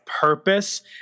purpose